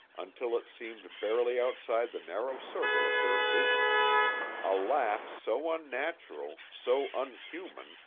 until it seemed barely outside the narrow circle of their vision a laugh so unnatural, so unhuman,